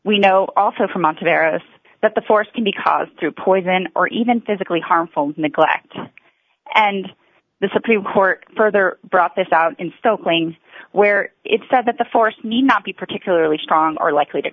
we know also from on to paris that the force can because through poison or even physically harmful neglect and the supreme court further brought this out in still playing where it said that the forced me not be particularly strong or likely to